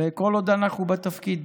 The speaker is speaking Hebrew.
וכל עוד אנחנו בתפקיד,